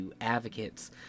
advocates